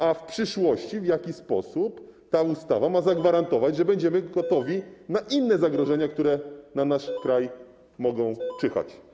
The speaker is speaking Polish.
A w przyszłości: W jaki sposób ta ustawa ma zagwarantować, że będziemy gotowi na inne zagrożenia, które na nasz kraj mogą czyhać?